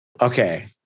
Okay